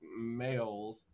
males